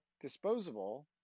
disposable